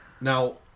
Now